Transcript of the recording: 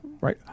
Right